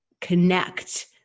connect